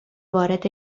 وارد